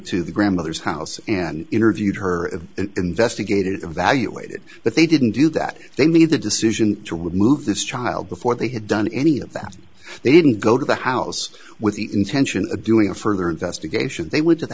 to the grandmother's house and interviewed her investigated evaluated but they didn't do that they made the decision to remove this child before they had done any of that they didn't go to the house with the intention of doing a further investigation they would do the